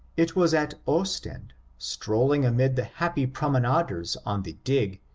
it was at ostend, strolling amid the happy promenaders on the digue,